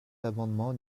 l’amendement